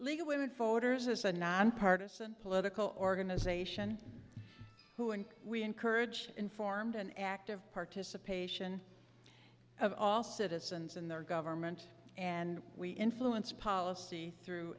is a nonpartizan political organization who and we encourage informed and active participation of all citizens in their government and we influence policy through